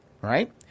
right